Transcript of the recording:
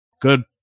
good